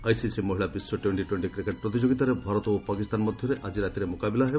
ICC ମହିଳା ବିଶ୍ୱ ଟ୍ୱେର୍କ୍ଷି ଟ୍ୱେର୍କ୍ଷି କ୍ରିକେଟ୍ ପ୍ରତିଯୋଗିତାରେ ଭାରତ ଓ ପାକିସ୍ତାନ ମଧ୍ୟରେ ଆଜି ରାତିରେ ମୁକାବିଲା ହେବ